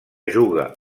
juga